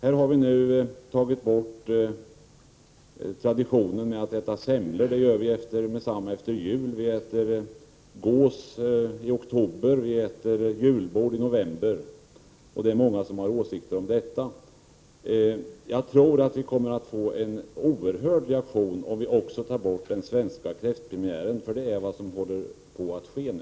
Vi har t.ex. tagit bort traditionen med att äta semlor under en viss tid. Det gör vi nu omedelbart efter jul. Vi äter gås i oktober, och vi äter julbord i november. Det är många som har åsikter om detta. Jag tror att vi kommer att få en oerhört stark reaktion om vi också tar bort den svenska kräftpremiären. Det är nämligen vad som håller på att ske nu.